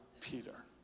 Peter